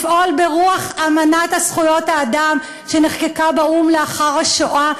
לפעול ברוח אמנת זכויות האדם שנחקקה באו"ם לאחר השואה,